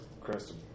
Kristen